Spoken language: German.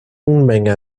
unmenge